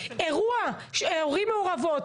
אירוע של ערים מעורבות,